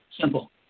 Simple